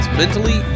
mentally